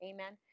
Amen